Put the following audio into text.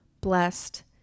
blessed